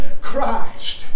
Christ